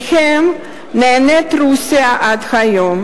שמהם נהנית רוסיה עד היום.